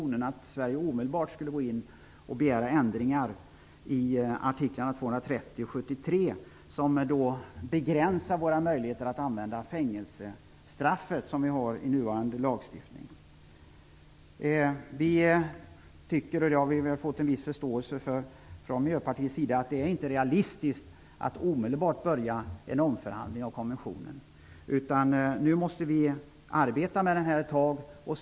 Miljöpartiet vill att Sverige omedelbart skall begära ändringar i artiklarna 230 och 73, som begränsar den möjlighet vi har med nuvarande lagstiftning att använda fängelsestraff. Vi tycker inte att det är realistiskt att omedelbart påbörja en omförhandling av konventionen. Det har vi också fått en viss förståelse för från Miljöpartiets sida. Nu måste vi arbeta ett tag med konventionen.